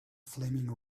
flaming